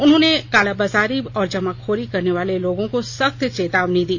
उन्होंने कालाबाजारी और जमाखोरी करने वाले लोगों को सख्त चेतावनी दी